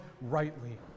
rightly